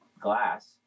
Glass